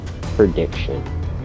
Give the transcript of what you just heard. prediction